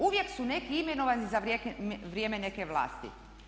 Uvijek su neki imenovani za vrijeme neke vlasti.